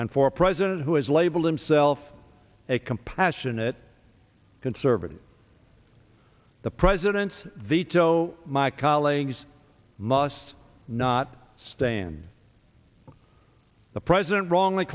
and for a president who has labeled himself a compassionate conservative the president's veto my colleagues must not stand the president wrongly